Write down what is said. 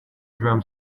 drum